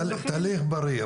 תהליך בריא,